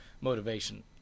motivation